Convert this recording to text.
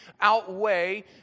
outweigh